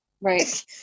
Right